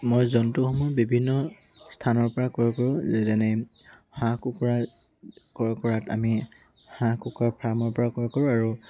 মই জন্তুসমূহ বিভিন্ন স্থানৰ পৰা ক্ৰয় কৰোঁ যেনে হাঁহ কুকুৰা ক্ৰয় কৰাত আমি হাঁহ কুকুৰা ফাৰ্মৰ পৰা ক্ৰয় কৰোঁ আৰু